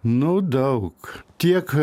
nu daug tiek